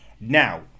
now